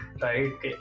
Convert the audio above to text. right